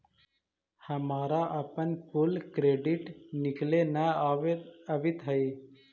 हमारा अपन कुल क्रेडिट निकले न अवित हई